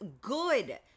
good